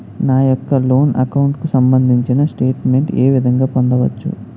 నా యెక్క loan account కు సంబందించిన స్టేట్ మెంట్ ఏ విధంగా పొందవచ్చు?